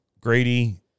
Grady